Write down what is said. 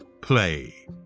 play